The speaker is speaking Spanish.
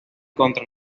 contra